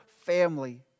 family